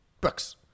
Brooks